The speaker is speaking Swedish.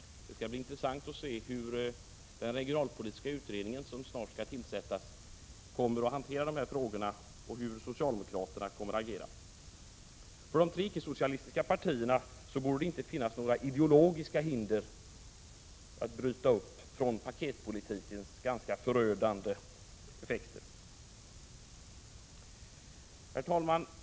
Det skall bli intressant att se hur den regionalpolitiska utredning som snart skall tillsättas kommer att hantera de här frågorna och hur socialdemokraterna kommer att agera. För de tre icke-socialistiska partierna finns inga ideologiska hinder för att bryta upp från paketpolitikens ganska förödande effekter. Herr talman!